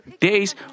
days